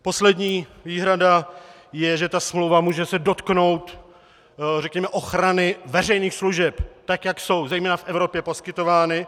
Poslední výhrada je, že se smlouva může dotknout, řekněme, ochrany veřejných služeb, tak jak jsou zejména v Evropě poskytovány.